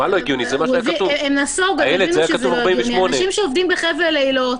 אנשים שעובדים בחבל אילות,